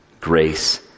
grace